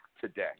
today